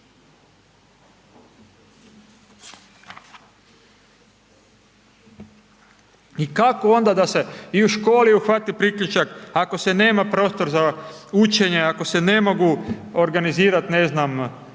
I kako onda da se i u školi uhvati priključak, ako se nema prostor za učenja, ako se ne mogu organizirati ne znam,